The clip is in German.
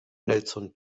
nelson